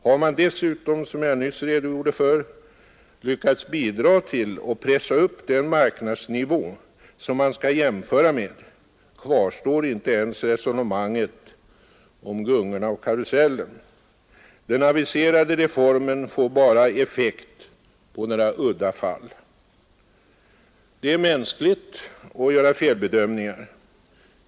När man dessutom — som jag nyss redogjorde för — lyckats bidra till att pressa upp den marknadsnivå som man skall jämföra med kvarstår inte ens resonemanget om gungorna och karusellen — den aviserade reformen får bara effekt på några udda fall. Det är mänskligt att göra felbedömningar.